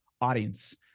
audience